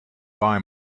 buy